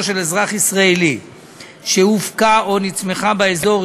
של אזרח ישראלי שהופקה או נצמחה באזור,